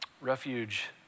Refuge